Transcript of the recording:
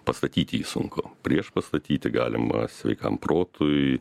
pastatyti jį sunku priešpastatyti galima sveikam protui